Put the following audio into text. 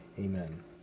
Amen